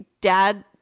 dad